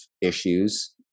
issues